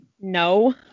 No